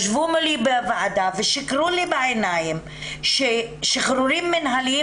ישבו מולי בוועדה ושיקרו לי בעיניים ששחרורים מינהליים